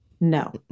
No